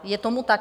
Je tomu tak?